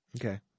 Okay